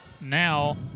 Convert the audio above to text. now